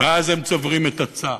ואז הם צוברים את הצער.